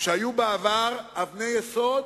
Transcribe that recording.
שהיו בעבר אבני יסוד,